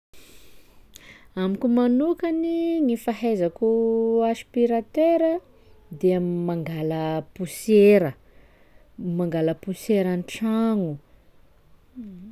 Amiko manokany gny fahaizako aspiratera de mangala posiera mangala posiera an-tragno.